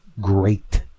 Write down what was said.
great